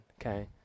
Okay